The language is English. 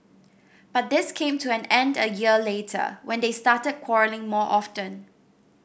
but this came to an end a year later when they started quarrelling more often